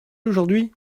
d’aujourd’hui